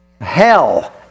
hell